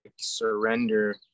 surrender